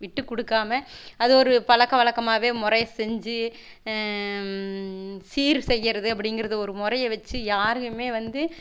விட்டு கொடுக்காம அது ஒரு பழக்க வழக்கமாவே முறை செஞ்சு சீர் செய்கிறது அப்படிங்கறது ஒரு முறைய வச்சு யாரும் வந்து